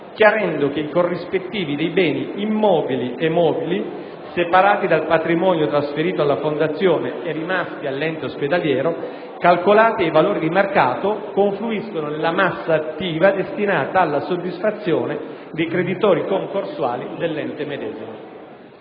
chiarendo che i corrispettivi dei beni immobili e mobili, separati dal patrimonio trasferito alla fondazione e rimasti all'ente ospedaliero e calcolati ai valori di mercato, confluiscono nella massa attiva destinata alla soddisfazione dei creditori concorsuali dell'ente medesimo.